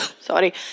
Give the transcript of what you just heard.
Sorry